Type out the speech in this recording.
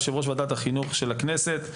יושב-ראש ועדת החינוך של הכנסת,